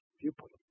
viewpoint